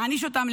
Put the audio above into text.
להעניש אותם,